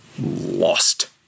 Lost